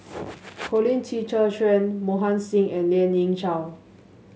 Colin Qi Zhe Quan Mohan Singh and Lien Ying Chow